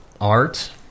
Art